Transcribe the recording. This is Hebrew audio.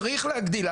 צריך להגדיל.